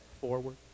forward